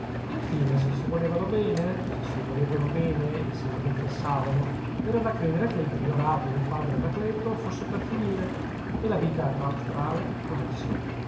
infine se si volevano bene se si volevano bene e se lo confessavano era da credere che il priorato del padre anacleto fosse per finire e la vita claustrale con esso